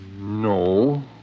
No